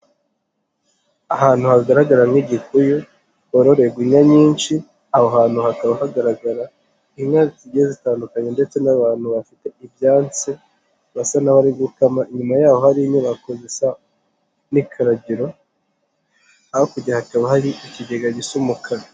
Ahantu hagaragara nk'igikuyu hororerwa inka nyinshi, aho hantu hakaba hagaragara inka zigiye zitandukanye ndetse n'abantu bafite ibyansi basa n'abari gukama, inyuma y'aho hari inyubako zisa n'ikaragiro, hakurya hakaba hari ikigega gisa umukara.